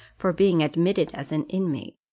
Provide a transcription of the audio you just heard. for being admitted as an inmate.